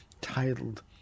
titled